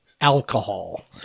alcohol